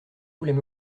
voulait